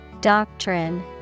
Doctrine